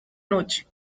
noche